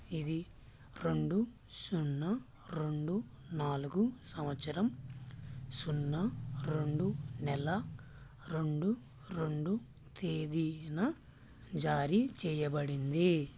ఇది రెండు సున్నా రెండు నాలుగు సంవత్సరం సున్నా రెండు నెల రెండు రెండు తేదీన జారీ చేయబడింది